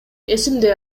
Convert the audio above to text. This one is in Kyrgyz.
эсимде